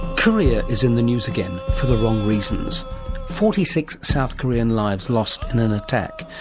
korea is in the news again for the wrong reasons forty six south korean lives lost in an attack,